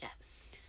Yes